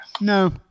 No